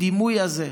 הדימוי הזה,